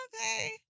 okay